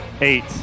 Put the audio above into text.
Eight